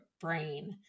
brain